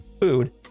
food